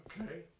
okay